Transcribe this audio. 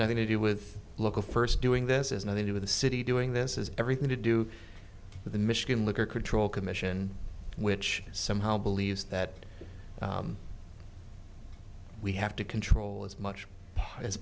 nothing to do with local first doing this is now they do with the city doing this is everything to do with the michigan liquor control commission which somehow believes that we have to control as much as